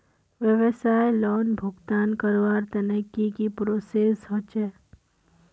व्यवसाय लोन भुगतान करवार तने की की प्रोसेस होचे?